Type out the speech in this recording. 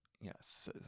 yes